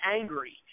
angry